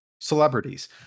Celebrities